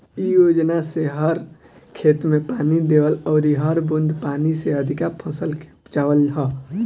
इ योजना से हर खेत में पानी देवल अउरी हर बूंद पानी से अधिका फसल के उपजावल ह